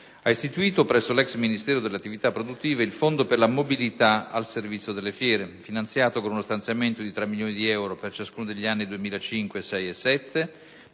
ha istituito presso l'*ex* Ministero delle attività produttive il Fondo per la mobilità al servizio delle fiere, finanziato con uno stanziamento di 3 milioni di euro per ciascuno degli anni 2005-2006-2007,